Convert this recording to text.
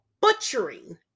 butchering